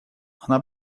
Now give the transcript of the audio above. она